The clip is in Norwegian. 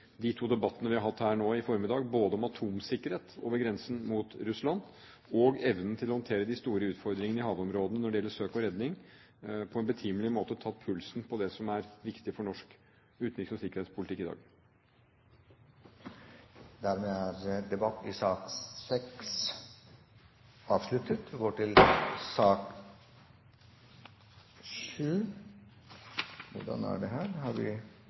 hatt her nå i formiddag, både om atomsikkerhet over grensen mot Russland og evnen til å håndtere de store utfordringene i havområdene når det gjelder søk og redning, på en betimelig måte tatt pulsen på det som er viktig for norsk utenriks- og sikkerhetspolitikk i dag. Dermed er debatten i sak nr. 5 avsluttet. Stortinget er nå kommet til sak nr. 6. Saken som her ligger til behandling, har